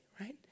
right